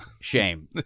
shame